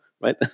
right